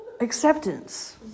Acceptance